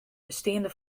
besteande